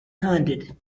handed